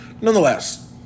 nonetheless